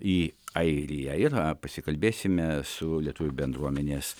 į airiją ir pasikalbėsime su lietuvių bendruomenės